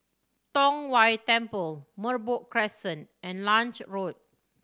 Tong Whye Temple Merbok Crescent and Lange Road